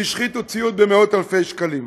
והשחיתו ציוד במאות אלפי שקלים.